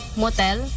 motel